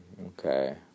Okay